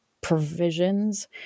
provisions